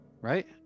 Right